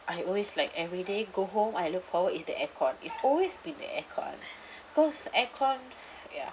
I always like everyday go home I look forward is the aircon it's always been the aircon because aircon ya